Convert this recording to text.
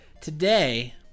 Today